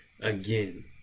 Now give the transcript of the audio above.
again